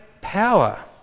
power